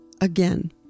again